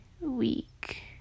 week